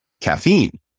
caffeine